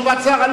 יש תשובת שר.